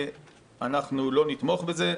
אנחנו לא נתמוך בזה.